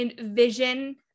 vision